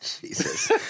Jesus